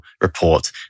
report